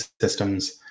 systems